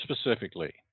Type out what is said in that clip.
specifically